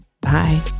Bye